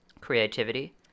creativity